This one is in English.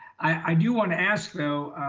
i do wanna ask though,